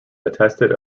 attested